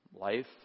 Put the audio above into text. life